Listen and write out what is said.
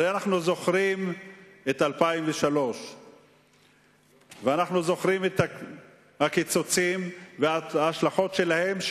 הרי אנחנו זוכרים את 2003 ואנחנו זוכרים את הקיצוצים ואת ההשלכות שלהם.